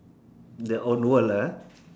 their own world lah ah